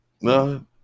No